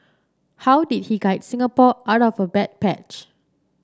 how did he guide Singapore out of the bad patch